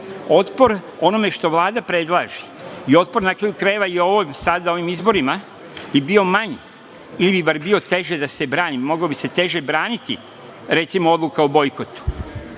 otpor onome što Vlada predlaže i otpor na kraju krajeva i sada ovim izborima bi bio manji ili bi bar bio teže da se brani, mogao bi se teže braniti, recimo odluka o bojkotu. Ja